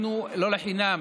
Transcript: לא לחינם